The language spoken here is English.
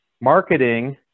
Marketing